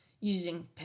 using